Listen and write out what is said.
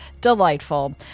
Delightful